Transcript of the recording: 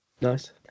Nice